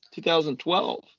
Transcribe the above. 2012